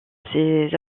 ses